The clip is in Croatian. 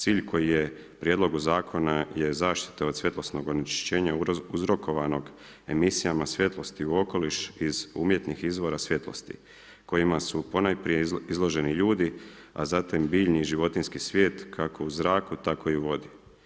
Cilj koji je u prijedlogu zakona je zaštita od svjetlosnog onečišćenja uzrokovanog emisijama svjetlosti u okoliš iz umjetnih izvora svjetlosti kojima su ponajprije izloženi ljudi a zatim biljni i životinjski svijet kako u zraku tako i u vodi.